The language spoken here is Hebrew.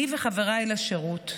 אני וחבריי לשירות,